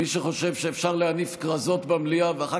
מי שחושב שאפשר להניף כרזות במליאה ואחר